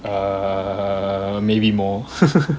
err maybe more